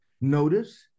Notice